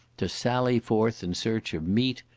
to sally forth in search of meat,